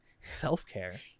self-care